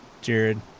Jared